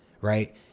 Right